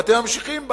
ואתם ממשיכים בה.